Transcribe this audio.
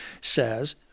says